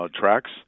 tracks